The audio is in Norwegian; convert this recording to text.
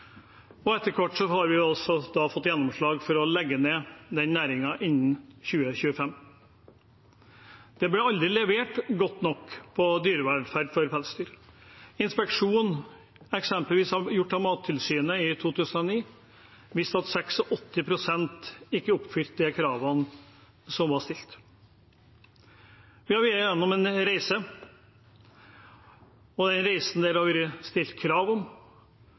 siden. Etter hvert har vi også fått gjennomslag for å legge ned næringen innen 2025. Det ble aldri levert godt nok på dyrevelferd for pelsdyr. Inspeksjoner, eksempelvis gjort av Mattilsynet i 2009, viste at 86 pst. ikke oppfylte kravene som var stilt. Vi har vært gjennom en reise, og den reisen har det vært stilt krav om,